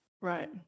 Right